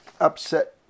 upset